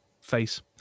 face